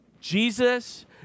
Jesus